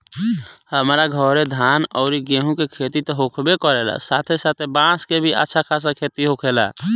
हमरा घरे धान अउरी गेंहू के खेती त होखबे करेला साथे साथे बांस के भी अच्छा खासा खेती होखेला